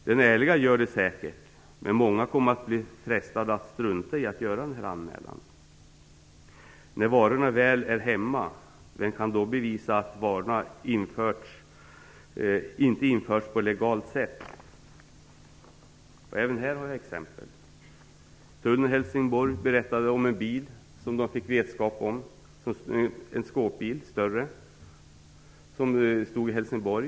Den ärlige anmäler säkert, men många kommer att bli frestade att strunta i att göra någon anmälan. När varorna väl är hemma, vem kan då bevisa att de inte har införts på legalt sätt? Även här har jag ett exempel. Tullen i Helsingborg berättade om en större skåpbil som stod parkerad i Helsingborg.